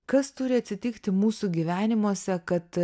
kas turi atsitikti mūsų gyvenimuose kad